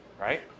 right